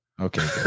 okay